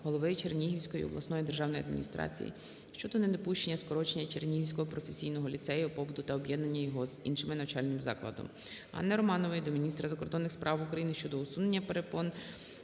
голови Чернігівської обласної державної адміністрації щодо недопущення скорочення Чернігівського професійного ліцею побуту та об'єднання його з іншим навчальним закладом. Анни Романової до міністра закордонних справ України щодо усунення перепон